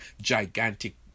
gigantic